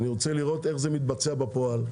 אני ארצה לראות איך זה יתבצע בפועל.